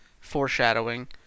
foreshadowing